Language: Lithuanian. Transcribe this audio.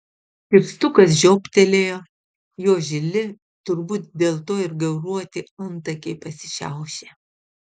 kirstukas žiobtelėjo jo žili turbūt dėl to ir gauruoti antakiai pasišiaušė